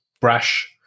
brash